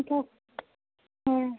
ত হ্যাঁ